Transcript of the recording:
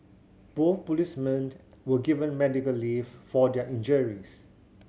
both policemen were given medical leave for their injuries